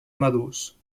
madurs